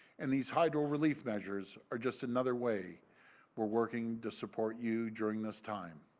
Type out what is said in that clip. andy's hydro relief measures are just another way we are working to support you, during this time.